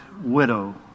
widow